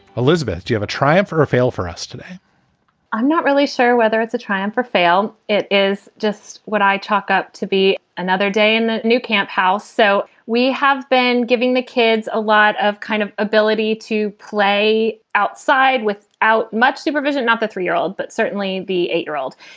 elizabeth, you have a triumph for her fail for us today i'm not really sure whether it's a triumph or fail. it is just what i chalk up to be another day in a new camp. how so? we have been giving the kids a lot of kind of ability to play outside without much supervision, not the three year old, but certainly the eight year old.